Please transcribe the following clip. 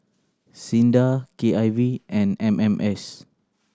SINDA K I V and M M S